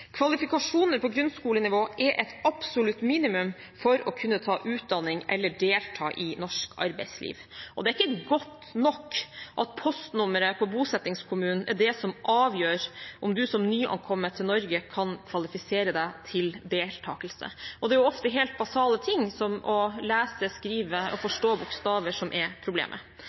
Kvalifikasjoner på grunnskolenivå er et absolutt minimum for å kunne ta utdanning eller delta i norsk arbeidsliv. Det er ikke godt nok at postnummeret på bosettingskommunen er det som avgjør om du som nyankommet til Norge kan kvalifisere deg til deltakelse, og det er ofte helt basale ting som å lese, skrive og